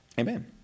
Amen